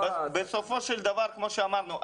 בסופו של דבר כמו שאמרנו,